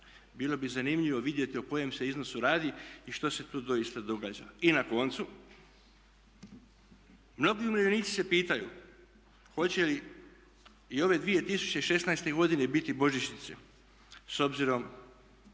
Bilo bi zanimljivo vidjeti o kojem se iznosu radi i što se tu doista događa? I na koncu, mnogi umirovljenici se pitaju hoće li i ove 2016.godine biti božićnice s obzirom